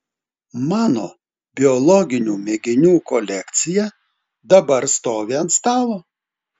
mano biologinių mėginių kolekcija dabar stovi ant stalo